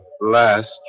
last